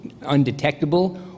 undetectable